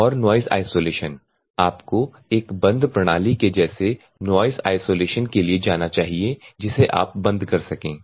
और noise isolation आपको एक बंद प्रणाली के जैसे नॉइस आइसोलेशन के लिए जाना चाहिए जिसे आप बंद कर सकें